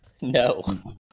no